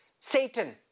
Satan